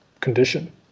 condition